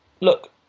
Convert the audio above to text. look